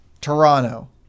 Toronto